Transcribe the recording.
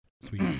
Sweet